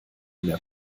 mehr